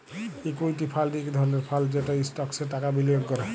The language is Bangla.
ইকুইটি ফাল্ড ইক ধরলের ফাল্ড যেট ইস্টকসে টাকা বিলিয়গ ক্যরে